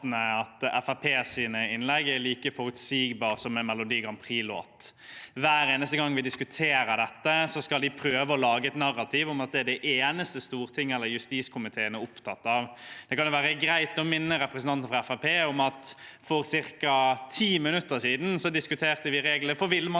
innlegg er like forutsigbare som en Melodi Grand Prix-låt. Hver eneste gang vi diskuterer dette, skal de prøve å lage et narrativ om at det er det eneste Stortinget eller justiskomiteen er opptatt av. Det kan være greit å minne representanten fra Fremskrittspartiet om at for ca. 10 minutter siden diskuterte vi regler for villmannskjøring